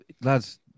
lads